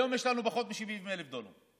היום יש לנו פחות מ-70,000 דונם.